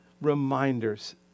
reminders